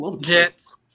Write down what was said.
Jets